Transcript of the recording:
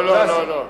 לא, לא, לא.